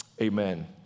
amen